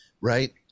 right –